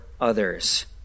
others